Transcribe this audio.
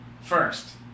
First